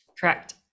Correct